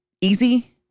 easy